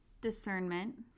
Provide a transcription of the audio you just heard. discernment